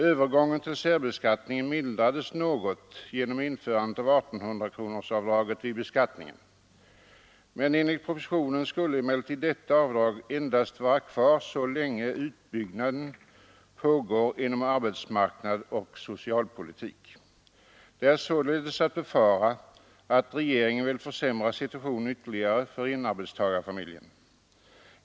Övergången till särbeskattningen mildrades något genom införandet av 1800-kronorsavdraget vid beskattningen. Enligt propositionen skulle emellertid detta avdrag endast vara kvar så länge utbyggnaden pågår inom arbetsmarknadsoch socialpolitiken. Det är således att befara att regeringen vill försämra situationen ytterligare för enarbetstagarfamiljer.